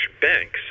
banks